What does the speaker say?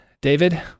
David